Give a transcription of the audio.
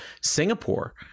Singapore